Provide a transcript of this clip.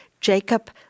Jacob